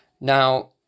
Now